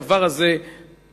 הדבר הזה פסול.